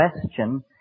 question